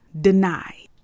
denied